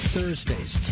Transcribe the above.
Thursdays